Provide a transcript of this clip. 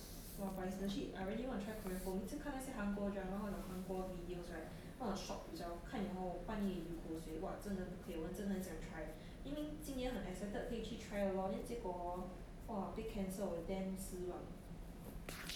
or cancelled